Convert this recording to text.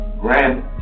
grand